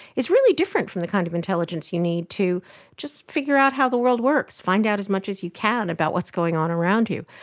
is really different from the kind of intelligence you need to just figure out how the world works, find out as much as you can about what's going on around you.